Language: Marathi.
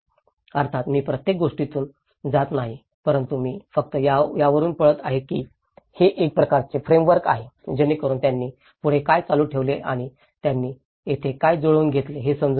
अर्थात मी प्रत्येक गोष्टीतून जात नाही परंतु मी फक्त त्यावरून पळत आहे की हे एक प्रकारचे फ्रेमवर्क आहे जेणेकरुन त्यांनी पुढे काय चालू ठेवले आणि त्यांनी येथे काय जुळवून घेतले ते समजून घ्या